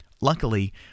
Luckily